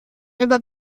über